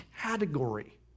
category